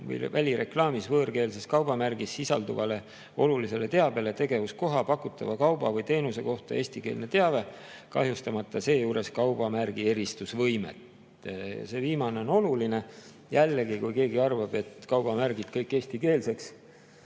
välireklaamis võõrkeelses kaubamärgis sisalduvale olulisele teabele tegevuskoha, pakutava kauba või teenuse kohta eestikeelne teave, kahjustamata seejuures kaubamärgi eristusvõimet. See viimane on oluline. Jällegi, kui keegi arvab, et kaubamärgid kõik eestikeelseks,